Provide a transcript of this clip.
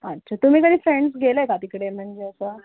अच्छा तुम्ही कधी फ्रेन्ड्स गेले आहे का तिकडे म्हणजे असं